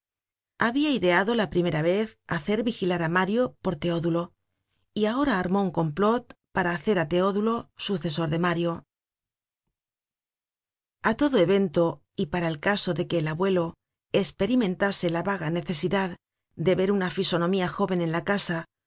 habia ideado la primera vez hacer vigilar á mario por teodulo y ahora armó un complot para hacer á teodulo sucesor de mario a todo evento y para el caso de que el abuelo esperimentase la vaga necesidad de ver una fisonomía jóven en la casa